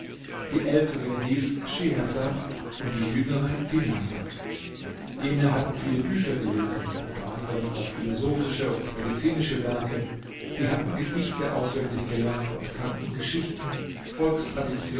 die ältere hieß schehersad und die jüngere dinarsad jene hatte viele bücher gelesen unter anderen auch philosophische und medizinische werke sie hatte gedichte auswendig gelernt und kannte geschichten